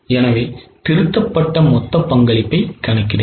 எனவே திருத்தப்பட்ட மொத்த பங்களிப்பைக் கணக்கிடுங்கள்